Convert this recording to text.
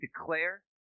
declare